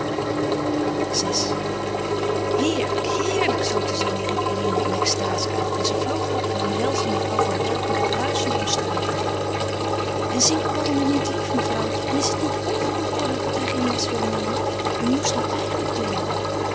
iv heerlijk heerlijk zoo te zingen riep eline in extaze uit en ze vloog op en omhelsde mevrouw van raat met bruisende onstuimigheid en zingt paul nu niet lief mevrouwtje en is het niet onverantwoordelijk dat hij geen les wil nemen u moest hem eigenlijk dwingen